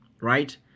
right